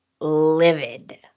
livid